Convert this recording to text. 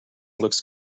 looks